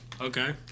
Okay